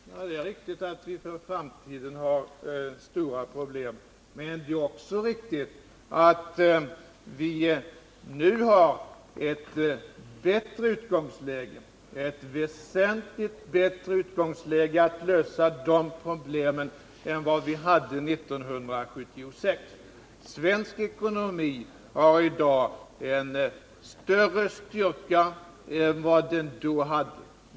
Herr talman! Ja, det är riktigt att vi för framtiden har stora problem. Men det är också riktigt att vi nu har ett bättre utgångsläge, ett väsentligt bättre utgångsläge för att lösa problemen än vad vi hade 1976. Svensk ekonomi har i dag en större styrka än vad den då hade.